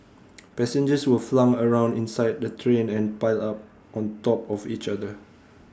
passengers were flung around inside the train and piled on top of each other